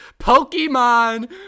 Pokemon